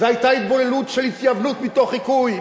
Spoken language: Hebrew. זו היתה התבוללות של התייוונות מתוך חיקוי,